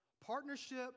Partnership